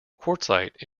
quartzite